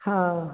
हाँ